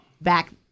back